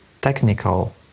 technical